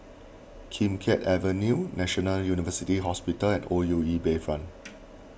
Kim Keat Avenue National University Hospital and O U E Bayfront